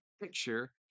picture